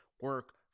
Work